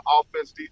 offense